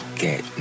get